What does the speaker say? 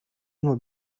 نوع